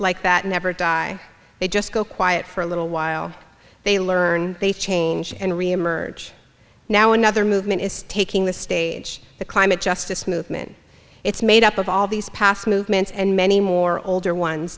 like that never die they just go quiet for a little while they learn they change and reemerge now another movement is taking the stage the climate justice movement it's made up of all these past movements and many more older ones